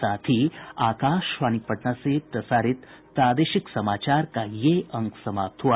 इसके साथ ही आकाशवाणी पटना से प्रसारित प्रादेशिक समाचार का ये अंक समाप्त हुआ